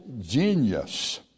genius